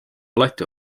alati